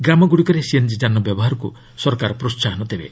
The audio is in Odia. ଗ୍ରାମଗୁଡ଼ିକରେ ସିଏନ୍କି ଯାନ ବ୍ୟବହାରକୁ ସରକାର ପ୍ରୋହାହନ ଦେବେ